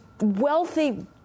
wealthy